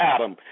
Adam